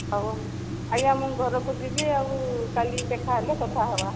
ହଉ ଆଜ୍ଞା ମୁଁ ଘରକୁ ଯିବି ଆଉ କାଲି ଦେଖାହେଲେ କଥା ହେବା